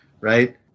right